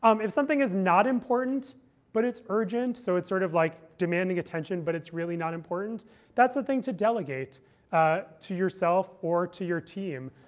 um if something is not important but it's urgent so it's sort of like demanding attention, but it's really not important that's the thing to delegate ah to yourself or to your team.